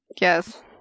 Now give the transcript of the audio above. Yes